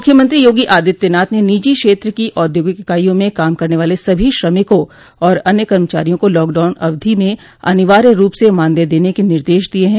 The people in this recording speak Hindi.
मुख्यमंत्री योगी आदित्यनाथ ने निजी क्षेत्र की औद्योगिक इकाइयों में काम करने वाले सभी श्रमिकों और अन्य कर्मचारियों को लॉकडाउन अवधि में अनिवार्य रूप से मानदेय देने क निर्देश दिये हैं